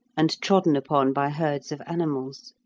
and trodden upon by herds of animals.